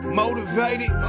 motivated